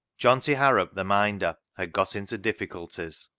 johnty harrop the minder had got into difficulties,